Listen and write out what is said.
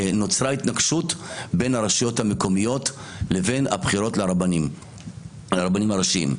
נוצרה התנגשות בין הרשויות המקומיות לבין הבחירות לרבנים הראשיים.